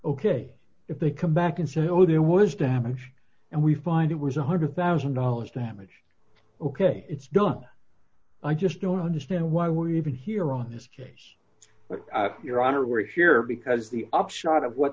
ok if they come back and say oh there was damage and we find it was a one hundred thousand dollars damage ok it's done i just don't understand why we're even here on this case your honor we're here because the upshot of what